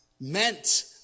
meant